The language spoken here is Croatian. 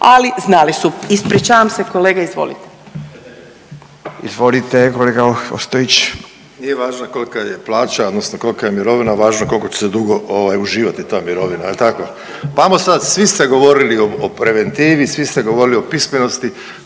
(Nezavisni)** Izvolite kolega Ostojić. **Ostojić, Rajko (Nezavisni)** Nije važno kolika im je plaća odnosno kolika je mirovina, važno je koliko će se dugo ovaj uživati ta mirovina. Jel tako? Pa ajmo sad svi ste govorili o preventivi, svi ste govorili o pismenosti